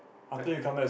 quite